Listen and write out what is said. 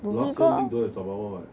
the last few league don't have sembawang what